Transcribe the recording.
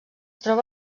troba